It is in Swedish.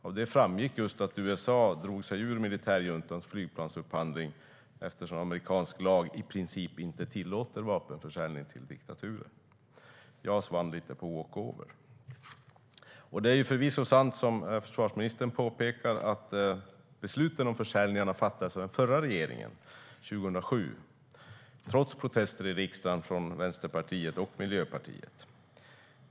Av det framgår just att USA drog sig ur militärjuntans flygplansupphandling eftersom amerikansk lag i princip inte tillåter vapenförsäljning till diktaturer. JAS vann lite på walkover. Det är förvisso sant, som försvarsministern påpekar, att besluten om försäljningarna fattades av den förra regeringen, 2007, trots protester i riksdagen från Vänsterpartiet och Miljöpartiet.